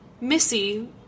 Missy